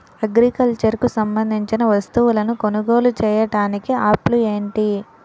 Agriculture కు సంబందించిన వస్తువులను కొనుగోలు చేయటానికి యాప్లు ఏంటి?